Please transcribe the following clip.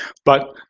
but,